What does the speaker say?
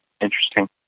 Interesting